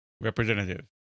Representative